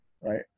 right